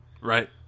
Right